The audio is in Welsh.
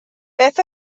beth